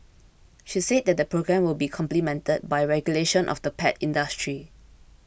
she said that the programme will be complemented by regulation of the pet industry